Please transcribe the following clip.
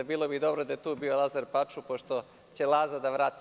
Bilo bi dobro da je tu bio Lazar Pačuj, pošto će Laza da vrati.